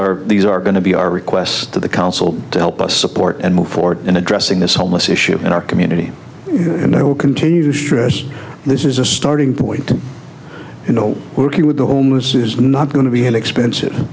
are these are going to be our requests to the council to help us support and move forward in addressing this homeless issue in our community and i will continue to stress this is a starting point you know working with the oem was not going to be inexpensive